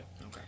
Okay